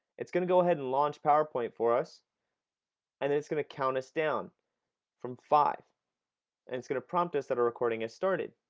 it's going to ahead and launch powerpoint for us and then it's going to count us down from five and it's going to prompt us that our recording has started.